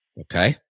Okay